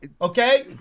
Okay